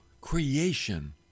creation